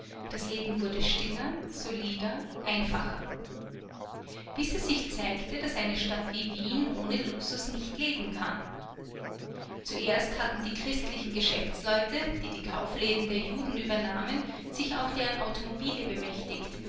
das leben wurde stiller solider einfacher bis es sich zeigte daß eine stadt wie wien ohne luxus nicht leben kann zuerst hatten die christlichen geschäftsleute die die kaufläden der juden übernahmen sich auch deren automobile bemächtigt